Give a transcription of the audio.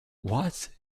what